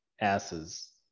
asses